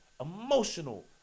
emotional